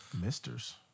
Misters